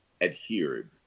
adhered